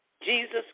Jesus